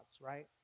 right